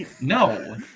No